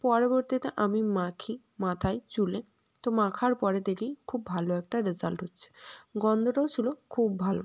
পরবর্তীতে আমি মাখি মাথায় চুলে তো মাখার পরে দেখি খুব ভালো একটা রেজাল্ট হচ্ছে গন্ধটাও ছিল খুব ভালো